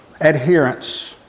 adherence